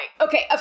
Okay